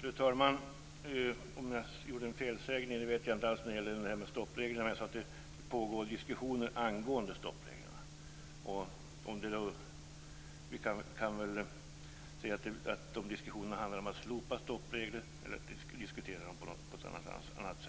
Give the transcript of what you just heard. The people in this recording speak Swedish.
Fru talman! Jag vet inte om jag gjorde en felsägning när det gäller stoppreglerna. Jag sade att det pågår diskussioner angående stoppreglerna. Diskussionerna handlar om slopande av stoppregler eller om behandling av dem på något annat